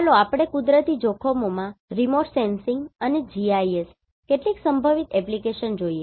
ચાલો આપણે કુદરતી જોખમોમાં રિમોટ સેન્સિંગ અને GIS કેટલીક સંભવિત એપ્લિકેશન જોઈએ